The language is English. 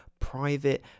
private